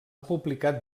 publicat